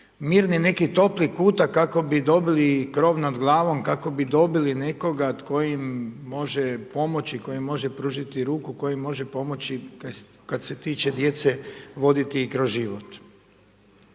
mirni neki topli kutak, kako bi dobili krov nad glavom, kako bi dobili nekoga tko im može pomoći, tko im može pružiti ruku, koji može pomoći kada se tiče djece, voditi ih kroz život.